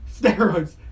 steroids